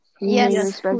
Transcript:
Yes